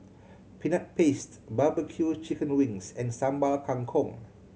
Peanut Paste barbecue chicken wings and Sambal Kangkong